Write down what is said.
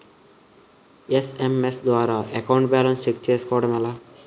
SMS ద్వారా account balance check చేసుకోవటం ఎలా?